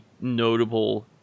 notable